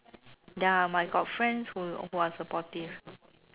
ya my got friends who who are supportive